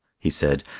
he said,